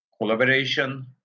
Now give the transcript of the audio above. collaboration